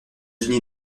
unis